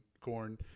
Corn